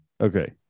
okay